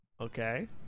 Okay